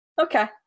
okay